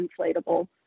inflatable